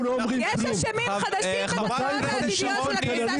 יש אשמים חדשים בקריסה של המשק,